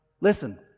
Listen